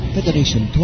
Federation